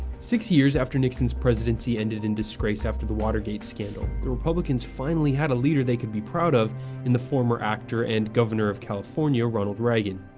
six years after nixon's presidency ended in disgrace after the watergate scandal, the republicans finally had a leader they could be proud of in the former actor and governor of california ronald reagan.